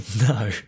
No